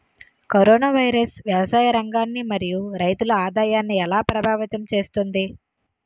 Corona virus వ్యవసాయ రంగాన్ని మరియు రైతుల ఆదాయాన్ని ఎలా ప్రభావితం చేస్తుంది?